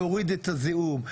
להוריד את הזיהום?